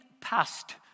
past